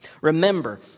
Remember